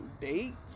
dates